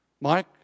Mike